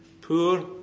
poor